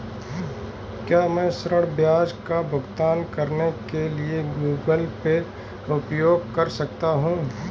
क्या मैं ऋण ब्याज का भुगतान करने के लिए गूगल पे उपयोग कर सकता हूं?